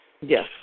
Yes